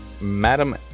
Madam